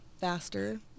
faster